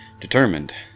determined